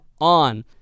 on